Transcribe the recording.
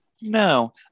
No